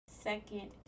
second